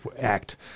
act